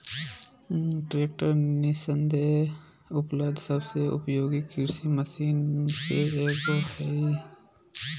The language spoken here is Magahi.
ट्रैक्टर निस्संदेह उपलब्ध सबसे उपयोगी कृषि मशीन में से एगो हइ